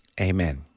Amen